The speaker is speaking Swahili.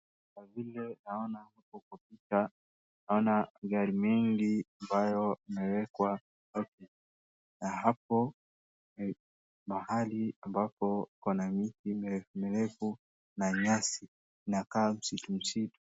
Kwa vile naona hapo kunakaa naona gari mingi ambao imeekwa parking . Na hapo ni mahali ambapo kuna miti mirefu na nyasi inakaa msitu.